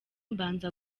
mbanza